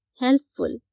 helpful